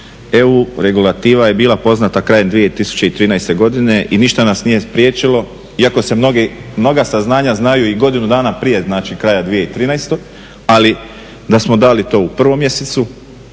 EU regulativa je bila poznata krajem 2013. godine i ništa nas nije spriječilo, iako se mnoga saznanja znaju i godinu dana prije znači kraja 2013., ali da smo dali to u 1. mjesecu,